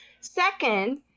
Second